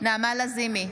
נעמה לזימי,